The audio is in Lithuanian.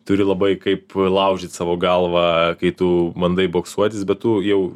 turi labai kaip laužyt savo galvą kai tu bandai boksuotis bet tu jau